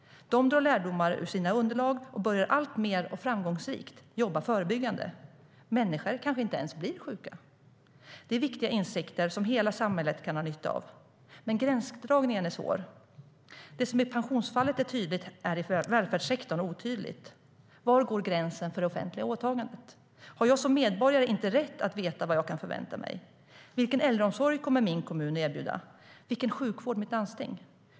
De drar lärdomar ur sina underlag och börjar alltmer, och framgångsrikt, att jobba förebyggande. Människor kanske inte ens blir sjuka. Det är viktiga insikter som hela samhället kan ha nytta av. Men gränsdragningen är svår. Det som i pensionsfallet är tydligt är i välfärdssektorn otydligt. Var går gränsen för det offentliga åtagandet? Har jag som medborgare inte rätt att veta vad jag kan förvänta mig? Vilken äldreomsorg kommer min kommun att erbjuda, och vilken sjukvård erbjuds i mitt landsting?